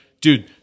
dude